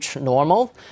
normal